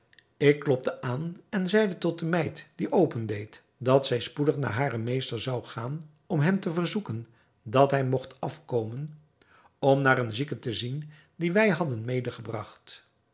ik klopte aan en zeide tot de meid die open deed dat zij spoedig naar haren meester zou gaan om hem te verzoeken dat hij mogt afkomen om naar een zieke te zien dien wij hadden